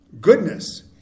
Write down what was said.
Goodness